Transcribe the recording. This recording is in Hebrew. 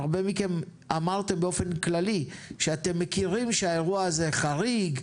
הרבה מכם אמרתם באופן כללי שאתם מכירים שהאירוע הזה חריג,